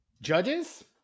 Judges